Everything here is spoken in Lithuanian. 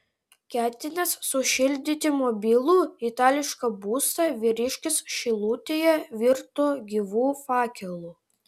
ketinęs sušildyti mobilų itališką būstą vyriškis šilutėje virto gyvu fakelu